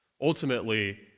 Ultimately